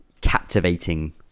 captivating